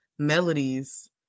melodies